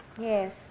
Yes